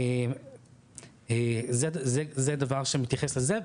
זה בעניין שמתייחס לזה.